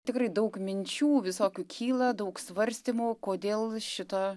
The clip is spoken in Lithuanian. tikrai daug minčių visokių kyla daug svarstymų kodėl šito